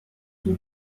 son